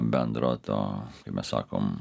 bendro to kaip mes sakom